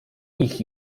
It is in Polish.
ich